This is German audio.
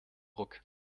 ruck